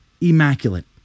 immaculate